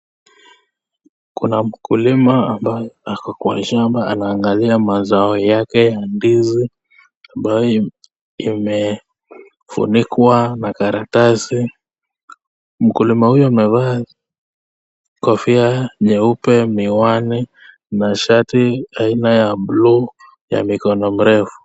Kuna mkulima ambaye ako kwa shamba ambaye anaangalia mazao yake ya ndizi ambaye imefunikwa na karatasi, mkulima huyu amevaa kofia nyeupe, miwani na shati aina ya buluu ya mikono mirefu.